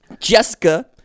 Jessica